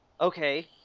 okay